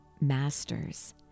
masters